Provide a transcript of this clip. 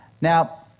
Now